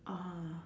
ah